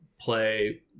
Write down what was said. play